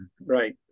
right